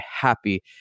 happy